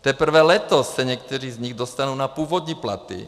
Teprve letos se někteří z nich dostanou na původní platy.